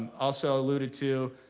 also alluded to,